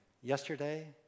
yesterday